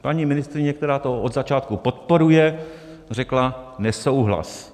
Paní ministryně, která to od začátku podporuje, řekla: nesouhlas.